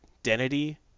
identity